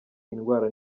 indwara